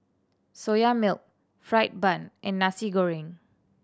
Soya Milk fried bun and Nasi Goreng